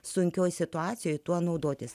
sunkioje situacijoje tuo naudotis